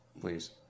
Please